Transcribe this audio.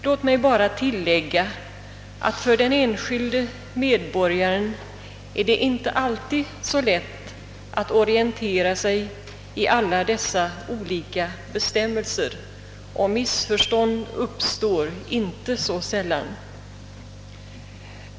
Låt mig bara tillägga att för den enskilde medborgaren är det inte alltid så lätt att orientera sig i alla dessa olika bestämmelser, och missförstånd uppstår inte så sällan.